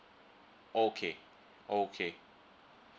okay okay